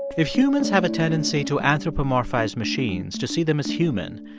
if humans have a tendency to anthropomorphize machines, to see them as human,